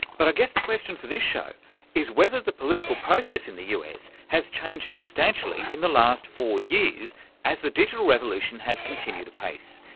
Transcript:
but i guess the question for this show is whether the political process in the us has changed substantially in the last four years as the digital revolution has continued apace.